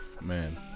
Man